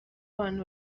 abantu